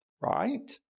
right